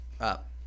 up